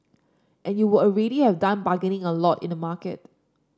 and you would already have done bargaining a lot in the market